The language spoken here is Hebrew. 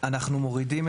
אנחנו מורידים,